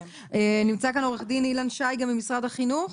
נמצא כאן עוה"ד אילן שי ממשרד החינוך,